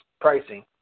pricing